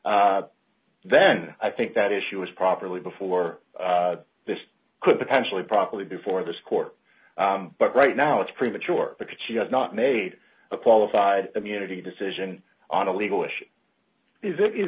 law then i think that issue was properly before this could potentially probably before this court but right now it's premature because you have not made a qualified immunity decision on a legal issue if it is